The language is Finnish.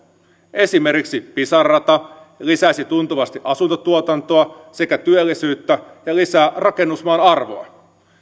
esimerkiksi pisara rata lisäisi tuntuvasti asuntotuotantoa työllisyyttä sekä rakennusmaan arvoa